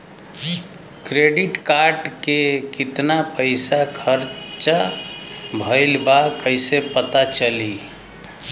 Credit card के कितना पइसा खर्चा भईल बा कैसे पता चली?